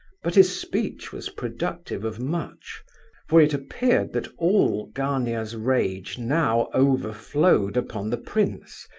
but his speech was productive of much for it appeared that all gania's rage now overflowed upon the prince.